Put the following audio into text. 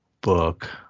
book